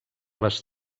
les